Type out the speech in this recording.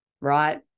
right